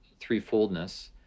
Threefoldness